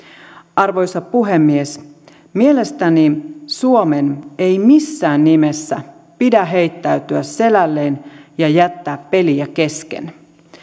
arvoisa puhemies mielestäni suomen ei missään nimessä pidä heittäytyä selälleen ja jättää peliä kesken